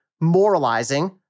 moralizing